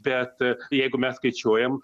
bet jeigu mes skaičiuojam